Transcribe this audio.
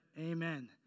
Amen